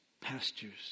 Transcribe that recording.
pastures